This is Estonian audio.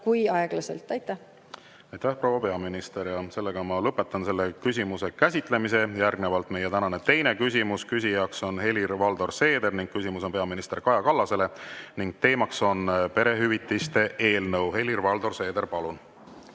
käsitlemise. Aitäh, proua peaminister! Lõpetan selle küsimuse käsitlemise. Järgnevalt meie tänane teine küsimus. Küsija on Helir-Valdor Seeder, küsimus on peaminister Kaja Kallasele ja teema on perehüvitiste eelnõu. Helir-Valdor Seeder, palun!